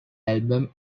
album